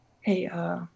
Hey